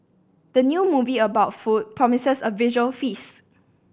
the new movie about food promises a visual feast